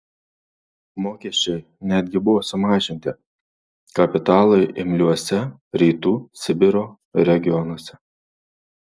mokesčiai netgi buvo sumažinti kapitalui imliuose rytų sibiro regionuose